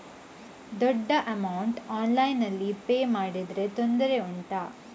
ದೊಡ್ಡ ಅಮೌಂಟ್ ಆನ್ಲೈನ್ನಲ್ಲಿ ಪೇ ಮಾಡಿದ್ರೆ ತೊಂದರೆ ಉಂಟಾ?